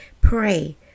Pray